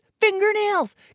fingernails